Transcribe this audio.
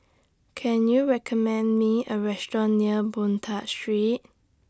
Can YOU recommend Me A Restaurant near Boon Tat Street